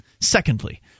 Secondly